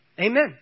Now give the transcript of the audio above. Amen